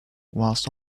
whilst